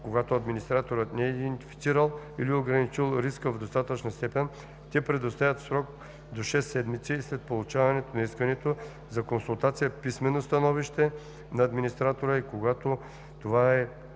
когато администраторът не е идентифицирал или ограничил риска в достатъчна степен, те предоставят в срок до 6 седмици след получаването на искането за консултация писмено становище на администратора и когато това е